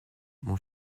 mon